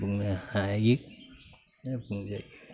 बुंनो हायो एबा बुंजायो